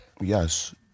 Yes